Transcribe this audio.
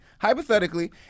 Hypothetically